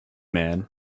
man